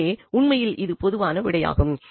எனவே உண்மையில் இது பொதுவான விடையாகும்